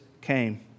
came